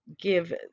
give